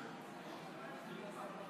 מתקבלת.